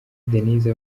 denise